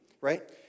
right